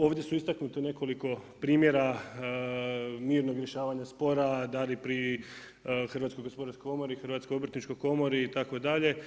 Ovdje su istaknute nekoliko primjera mirnog rješavanja spora da li pri Hrvatskoj gospodarskoj komori, Hrvatskoj obrtničkoj komori itd.